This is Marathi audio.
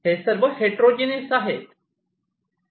हे सर्व हेट्रोजीनियस आहेत